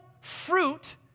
fruit